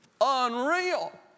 Unreal